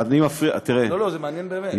אני מפריע, לא, זה מעניין באמת.